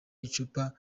icupa